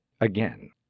again